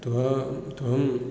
त्व त्वम्